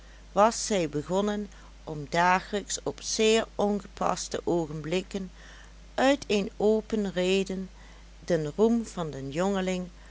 was zij begonnen om dagelijks op zeer ongepaste oogenblikken uit een open reden den roem van den